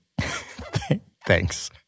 Thanks